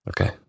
Okay